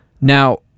Now-